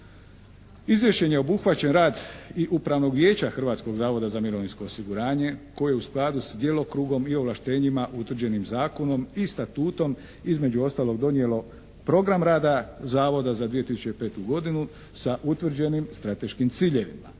Izvješćem je obuhvaćen rad i Upravnog vijeća Hrvatskog zavoda za mirovinsko osiguranje koje u skladu s djelokrugom i ovlaštenjima utvrđenim zakonom i statutom između ostalog donijelo program rada Zavoda za 2005. godinu sa utvrđenim strateškim ciljevima.